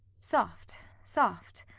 soft, soft!